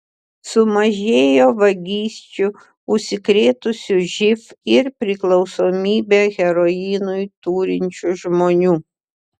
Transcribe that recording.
sumažėjo vagysčių užsikrėtusių živ ir priklausomybę heroinui turinčių žmonių